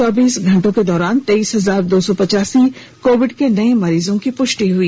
चौबीस घंटों के दौरान तेइस हजार दो सौ पचासी कोविड के नये मरीजों की पुष्टि हुई